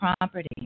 property